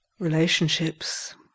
Relationships